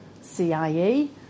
CIE